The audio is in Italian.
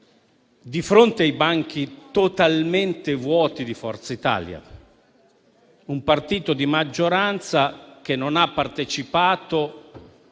di fronte ai banchi totalmente vuoti di Forza Italia, un partito di maggioranza che non ha partecipato,